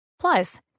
Plus